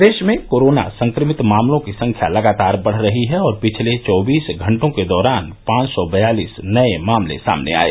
प्रदेश में कोरोना संक्रमित मामलों की संख्या लगातार बढ़ रही है और पिछले चौबीस घंटों के दौरान पांच सौ बयालीस नये मामले सामने आये